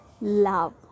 love